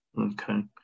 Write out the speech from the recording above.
Okay